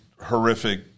horrific